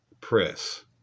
press